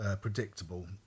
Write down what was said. predictable